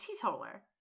teetotaler